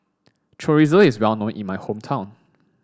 chorizo is well known in my hometown